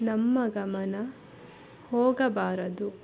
ನಮ್ಮ ಗಮನ ಹೋಗಬಾರದು